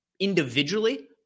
individually